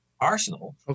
arsenal